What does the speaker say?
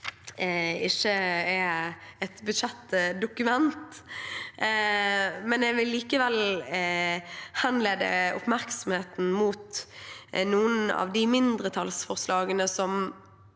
ikke er et budsjettdokument, men jeg vil likevel henlede oppmerksomheten mot noen av mindretallsforslagene som